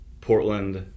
Portland